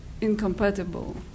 incompatible